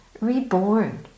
reborn